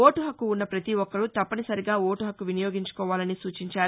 vote హక్కు ఉన్న ప్రపతి ఒక్కరూ తప్పనిసరిగా ఒటుహక్కు వినియోగించుకోవాలని సూచించారు